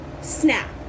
Snap